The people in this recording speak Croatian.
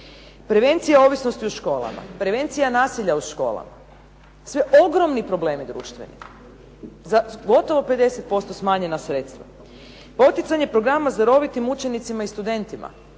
Prevencija ovisnosti u školama, prevencija nasilja u školama. Sve ogromni problemi društveni za gotovo 50% smanjena sredstva. Poticanje programa s darovitim učenicima i studentima,